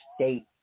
state